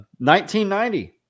1990